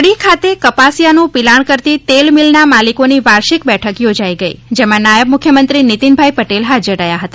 કડી ખાતે કપાસિયાનું પિલાણ કરતી તેલમિલના માલિકોની વાર્ષિક બેઠક યોજાઇ ગઇ જેમાં નાયબ મુખ્યમંત્રી નિતિનભાઇ પટેલ હાજર રહ્યા હતા